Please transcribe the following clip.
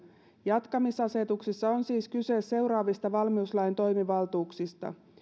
jatkamisasetuksissa on siis kyse seuraavista valmiuslain toimivaltuuksista